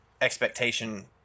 expectation